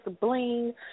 Bling